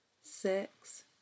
six